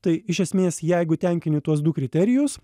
tai iš esmės jeigu tenkini tuos du kriterijus